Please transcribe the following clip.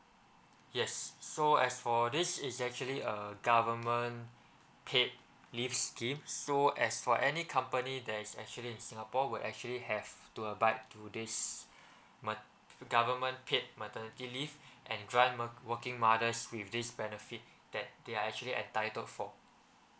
yes so as for this is actually a government paid leave's schemes so as for any company that is actually in singapore will actually have to abide to this government paid maternity leave and working mothers with this benefit that they are actually entitled for